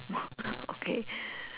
okay